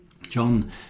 John